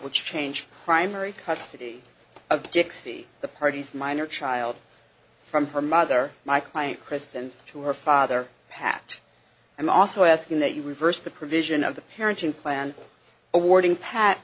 which change primary custody of dixie the party's minor child from her mother my client kristen to her father pat and also asking that you reverse the provision of the parenting plan awarding pat